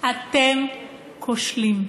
אתם כושלים.